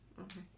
Okay